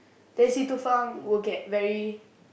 then Si Tu Feng will get very